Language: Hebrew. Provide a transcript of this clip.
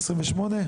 28?